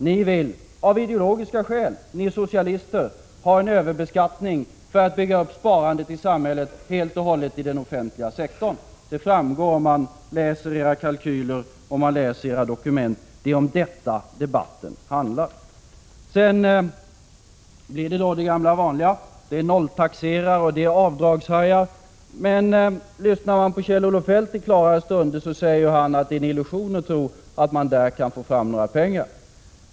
Ni vill av ideologiska skäl — ni socialister — ha en överbeskattning för att bygga upp sparandet i samhället helt och hållet i den offentliga sektorn. Det framgår om man läser era kalkyler och om man läser era dokument. Det är om detta debatten handlar. Sedan blir det då det gamla vanliga. Det är nolltaxerare och det är avdragshajar. Men lyssnar man på Kjell-Olof Feldt i hans klarare stunder så hör man att han säger att det är en illusion att tro att man där kan få fram några pengar.